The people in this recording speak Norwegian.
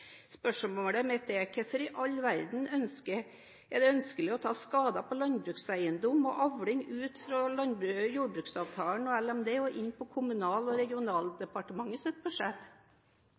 Spørsmålet mitt er: Hvorfor i all verden er det ønskelig å ta skader på landbrukseiendom og avling ut fra jordbruksavtalen og Landbruks- og matdepartementet og inn på Kommunal- og regionaldepartementets budsjett?